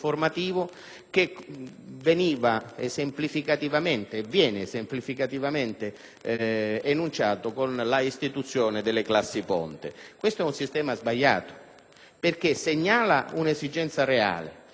quello che viene esemplificativamente enunciato con l'istituzione delle classi ponte. Questo è un sistema sbagliato, perché segnala un'esigenza reale, cioè l'esigenza di